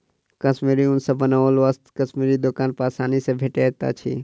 कश्मीरी ऊन सॅ बनाओल वस्त्र कश्मीरी दोकान पर आसानी सॅ भेटैत अछि